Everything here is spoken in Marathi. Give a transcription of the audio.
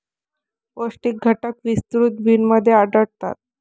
पौष्टिक घटक विस्तृत बिनमध्ये आढळतात